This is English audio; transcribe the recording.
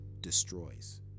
destroys